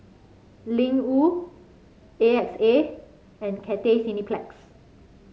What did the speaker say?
Ling Wu A X A and Cathay Cineplex